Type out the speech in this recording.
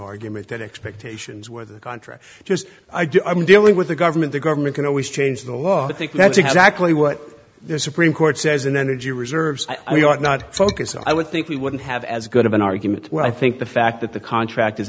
argument that expectations were the contract just i do i'm dealing with the government the government can always change the law i think that's exactly what their supreme court says an energy reserves i mean are not focus i would think we wouldn't have as good of an argument where i think the fact that the contract